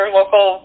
local